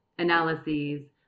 analyses